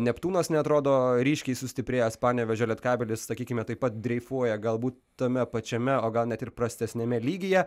neptūnas neatrodo ryškiai sustiprėjęs panevėžio lietkabelis sakykime taip pat dreifuoja galbūt tame pačiame o gal net ir prastesniame lygyje